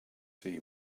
see